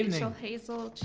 yeah um hazel,